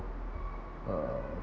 uh